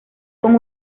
con